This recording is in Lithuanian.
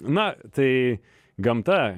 na tai gamta